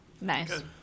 Nice